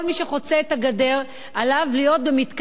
עליו להיות במתקן שהייה שלוש שנים,